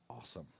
awesome